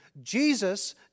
Jesus